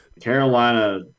Carolina